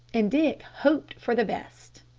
and dick hoped for the best.